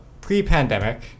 pre-pandemic